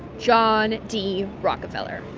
john d. rockefeller